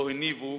לא הניבו